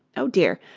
oh dear!